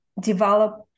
develop